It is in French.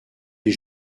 est